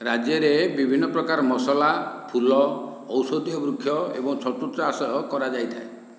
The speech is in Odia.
ରାଜ୍ୟରେ ବିଭିନ୍ନ ପ୍ରକାର ମସଲା ଫୁଲ ଔଷଧୀୟ ବୃକ୍ଷ ଏବଂ ଛତୁ ଚାଷ କରାଯାଇଥାଏ